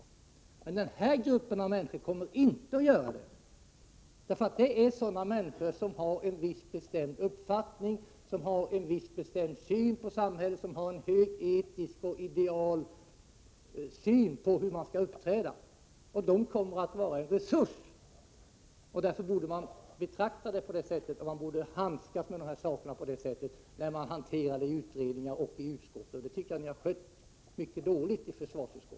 Men denna grupp av människor kommer inte att smita. Det är sådana människor som har en viss bestämd uppfattning om samhället, som har en hög etisk och ideell syn på hur man skall uppträda. De kommer att vara en resurs. Därför borde man handskas bättre med dessa frågor i utredning och utskott. Jag tycker att ni har skött detta mycket dåligt i försvarsutskottet.